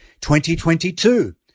2022